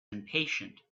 impatient